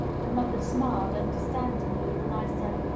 the mother smiled, understandingly, when i said,